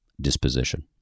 disposition